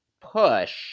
push